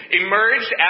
emerged